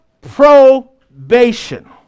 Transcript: probation